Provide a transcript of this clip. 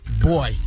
Boy